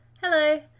Hello